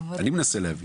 אני מנסה להבין.